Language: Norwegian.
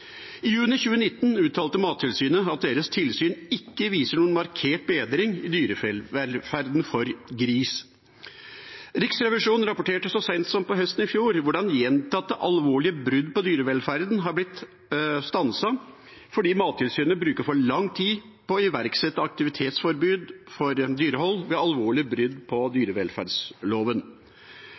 I juni 2019 uttalte Mattilsynet at deres tilsyn ikke viser noen markert bedring i dyrevelferden for gris. Riksrevisjonen rapporterte så sent som i fjor høst hvordan gjentatte alvorlige brudd på dyrevelferden ikke har blitt stanset, fordi Mattilsynet bruker for lang tid på å iverksette aktivitetsforbud for dyrehold ved alvorlige brudd på dyrevelferdsloven.